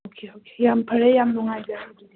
okay okay ꯌꯥꯝ ꯐꯔꯦ ꯌꯥꯝ ꯅꯨꯡꯉꯥꯏꯖꯔꯦ